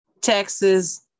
Texas